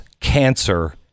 cancer